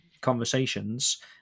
conversations